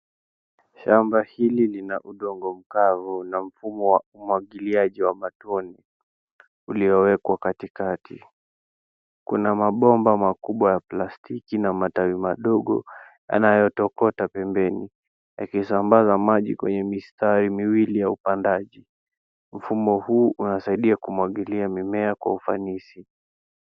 Shamba hili lina udongo mkavu na mfumo wa umwagiliaji wa matone uliowekwa katikati. Kuna mabomba makubwa ya plastiki na matawi madogo yanayotokota pembeni yakisambaza maji kwenye mistari miwili ya upandaji. Mfumo huu unasaidia kumwagilia mimea kwa ufanisi.